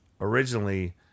Originally